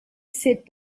sit